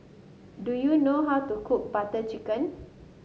do you know how to cook Butter Chicken